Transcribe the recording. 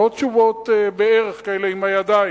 לא תשובות בערך כאלה עם הידיים,